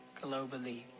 globally